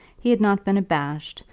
he had not been abashed,